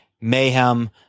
Mayhem